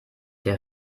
der